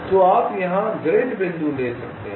तो आप यहां ग्रिड बिंदु ले सकते हैं